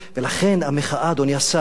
ולכן, המחאה, אדוני השר,